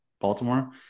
Baltimore